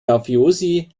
mafiosi